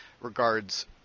regards